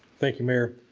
thank you mayor.